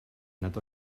nad